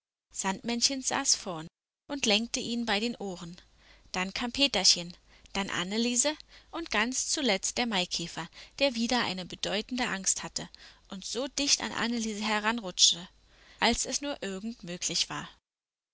sandmännchen saß vorn und lenkte ihn bei den ohren dann kam peterchen dann anneliese und ganz zuletzt der maikäfer der wieder eine bedeutende angst hatte und so dicht an anneliese heranrutschte als es nur irgend möglich war